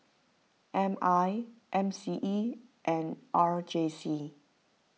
M I M C E and R J C